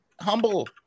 humble